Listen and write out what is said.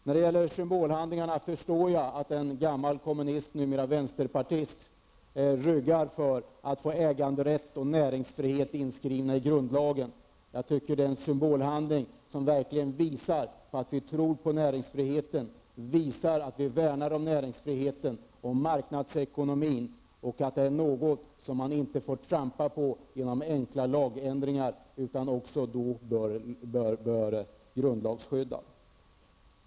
När det gäller symbolhandlingarna förstår jag att en gammal kommunist, numera vänsterpartist, ryggar för att få äganderätt och näringsfrihet inskrivna i grundlagen. Det är en symbolhandling som verkligen visar att vi tror på och värnar om näringsfriheten och om marknadsekonomin. Dessa värden får man inte trampa på genom enkla lagändringar. De bör därför också grundlagsskyddas.